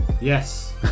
Yes